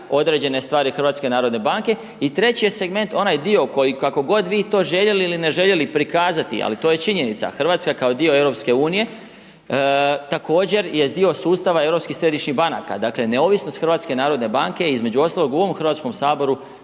određene stvari HNB-a i treći je segment onaj dio koji kako god vi to željeli ili ne željeli prikazati ali to je činjenica, Hrvatska kao dio EU-a također je dio sustava europskih središnjih banaka dakle neovisnost HNB-a je između ostalog u ovom Hrvatskom saboru